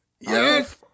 yes